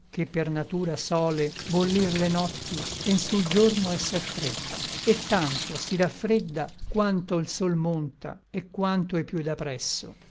che per natura sòle bollir le notti e n sul giorno esser fredda e tanto si raffredda quanto l sol monta et quanto è piú da presso